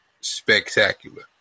spectacular